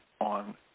on